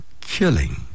killing